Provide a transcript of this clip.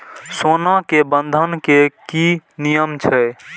सोना के बंधन के कि नियम छै?